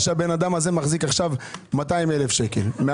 שהאדם הזה מחזיק עכשיו מעל 200,000 שקל?